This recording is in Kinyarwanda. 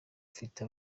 mfite